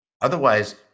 Otherwise